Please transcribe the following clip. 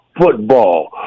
football